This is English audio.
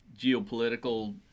geopolitical